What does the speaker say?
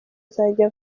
azajya